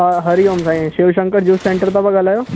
हा Hari Om Sai Shiv Shankar juice centre तां त ॻाल्हायो